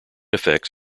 effects